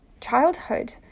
childhood